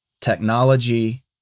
technology